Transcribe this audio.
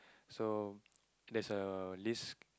so there's a this